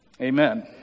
Amen